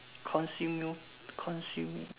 consume you consume